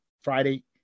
Friday